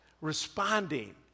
responding